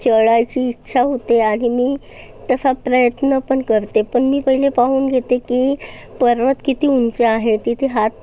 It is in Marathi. चढायची इच्छा होते आणि मी तसा प्रयत्न पण करते पण मी पहिले पाहून घेते की पर्वत किती उंच आहे तिथे हात